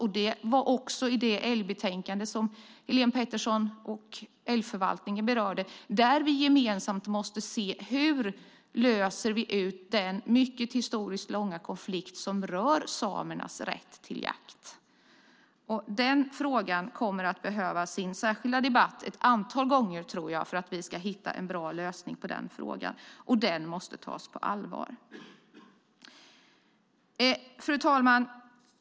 Av det älgbetänkande som Helén Pettersson i Umeå och älgförvaltningen berörde framgår att vi gemensamt måste se hur vi löser den historiskt långa konflikt som rör samernas rätt till jakt. Den frågan tror jag kommer att behöva sin särskilda debatt ett antal gånger för att vi ska hitta en bra lösning, och frågan måste tas på allvar. Fru talman!